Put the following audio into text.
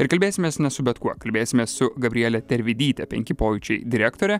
ir kalbėsimės ne su bet kuo kalbėsimės su gabrieletervidyte penki pojūčiai direktore